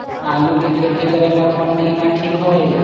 आलू के खेती करेला कौन महीना ठीक होई?